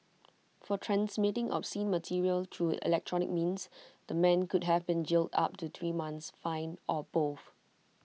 for transmitting obscene material through electronic means the man could have been jailed up to three months fined or both